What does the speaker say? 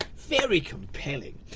very compelling.